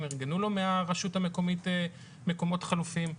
ארגנו לו מהרשות המקומית מקומות חלופיים.